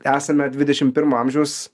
esame dvidešim pirmo amžiaus